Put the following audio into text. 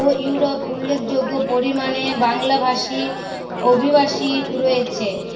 ও Europe উল্লেখযোগ্য পরিমাণে বাংলাভাষী অভিবাসী রয়েছে